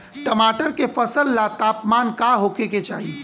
टमाटर के फसल ला तापमान का होखे के चाही?